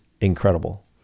incredible